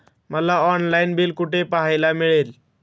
मला online bill कुठे पाहायला मिळेल?